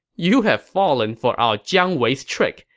you have fallen for our jiang wei's trick,